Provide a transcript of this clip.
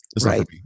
Right